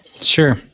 Sure